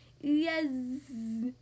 Yes